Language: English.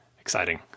exciting